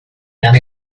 and